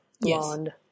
blonde